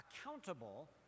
accountable